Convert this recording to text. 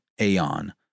aeon